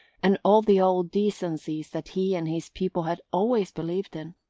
and all the old decencies that he and his people had always believed in.